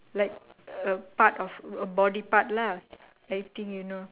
like a part of a body part lah I think you know